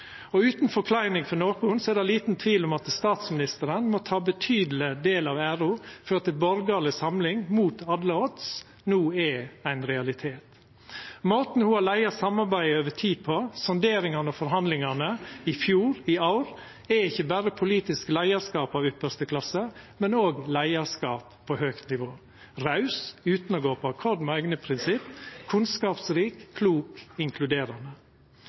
møte. Utan å gjera nokon ringare er det liten tvil om at statsministeren må ta ein betydeleg del av æra for at ei borgarleg samling – mot alle odds – no er ein realitet. Måten ho har leidd samarbeidet på over tid, sonderingane og forhandlingane i fjor og i år, er ikkje berre politisk leiarskap av ypparste klasse, men òg leiarskap på høgt nivå: raus, utan å gå på akkord med eigne prinsipp, kunnskapsrik, klok og inkluderande.